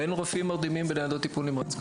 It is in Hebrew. אין רופאים מרדימים בניידות טיפול נמרץ.